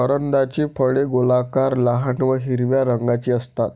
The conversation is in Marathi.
करोंदाची फळे गोलाकार, लहान व हिरव्या रंगाची असतात